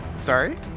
Sorry